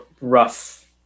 rough